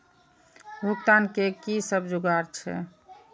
भुगतान के कि सब जुगार छे?